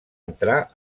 entrar